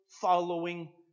following